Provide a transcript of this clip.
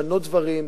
לשנות דברים,